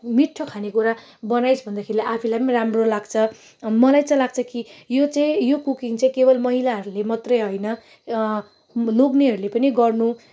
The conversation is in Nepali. मिठो खानेकुरा बनाइस् भन्दाखेरिलाई आफैलाई नि राम्रो लाग्छ मलाई चाहिँ लाग्छ कि यो चाहिँ यो कुकिङ चाहिँ केवल महिलाहरूले मात्रै होइन लोग्नेहरूले पनि गर्नु